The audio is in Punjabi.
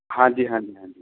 ਹਾਂਜੀ ਹਾਂਜੀ ਹਾਂਜੀ